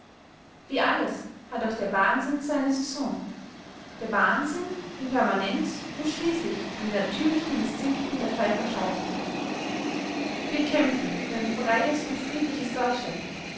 wie alles hat auch der wahnsinn seine saison der wahnsinn in permanenz muß schließlich an den natürlichen instinkten der völker scheitern wir kämpfen für ein freies und friedliches deutschland